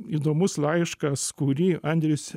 įdomus laiškas kurį andrius